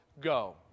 go